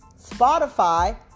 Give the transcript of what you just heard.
Spotify